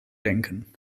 denken